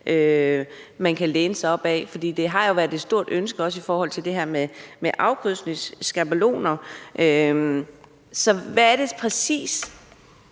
man kan læne sig op ad? For det har jo været et stort ønske også i forhold til det her med afkrydsningsskabeloner. Så hvad er det præcis,